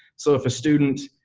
so if a student